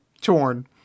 torn